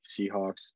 Seahawks